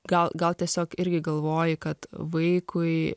gal gal tiesiog irgi galvoji kad vaikui